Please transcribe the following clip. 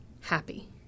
happy